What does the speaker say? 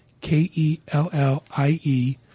K-E-L-L-I-E